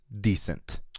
decent